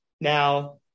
now